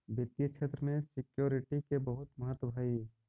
वित्तीय क्षेत्र में सिक्योरिटी के बहुत महत्व हई